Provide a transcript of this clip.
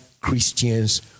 Christians